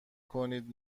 کنید